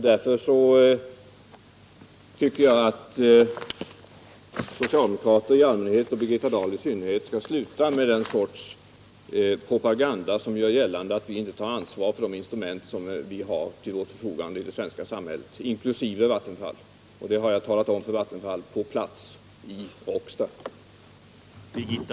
Därför tycker jag att socialdemokrater i allmänhet och Birgitta Dahl i synnerhet skall sluta med den sortens propaganda där man gör gällande att vi inte tar ansvar för de instrument som vi har till vårt förfogande i det svenska samhället, inkl. Vattenfall — och det har jag talat om för Vattenfall i Råcksta.